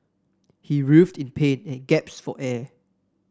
he writhed in pain and gaps for air